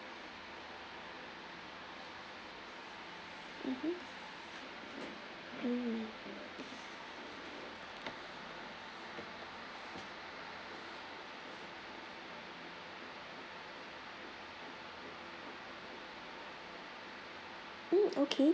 mmhmm mm okay